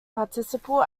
participle